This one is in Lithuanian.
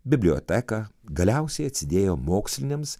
biblioteką galiausiai atsidėjo moksliniams